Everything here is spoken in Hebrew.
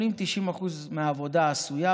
80% 90% מהעבודה עשויה,